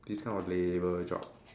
this kind of labour job